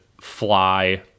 fly